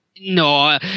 No